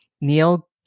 Neil